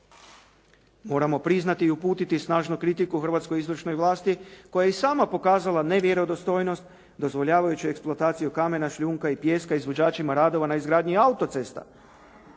Moramo priznati i uputiti snažnu kritiku hrvatskoj izvršnoj vlasti koja je i sama pokazala nevjerodostojnost dozvoljavajući eksploataciju kamena, šljunka i pijeska izvođačima radova na izgradnji autocesta